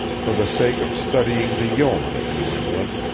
for the sake of studying the yeomen of new england,